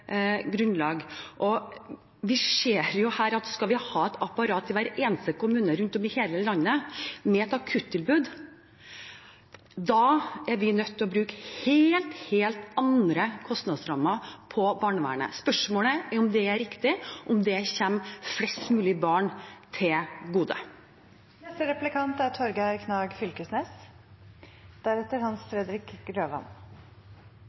grunnlag. Vi ser at skal vi ha et apparat i hver eneste kommune rundt om i hele landet, med et akuttilbud, er vi nødt til å bruke helt andre kostnadsrammer på barnevernet. Spørsmålet er om det er riktig, og om det kommer flest mulige barn til gode. Eg er